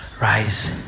rise